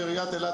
לא,